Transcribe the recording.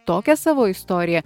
tokią savo istoriją